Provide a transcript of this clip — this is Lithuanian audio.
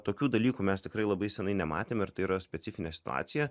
tokių dalykų mes tikrai labai senai nematėm ir tai yra specifinė situacija